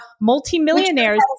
multimillionaires